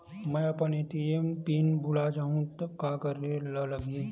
मैं अपन ATM pin भुला जहु का करे ला लगही?